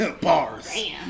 Bars